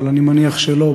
אבל אני מניח שלא,